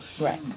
Right